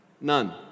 None